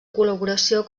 col·laboració